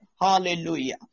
Hallelujah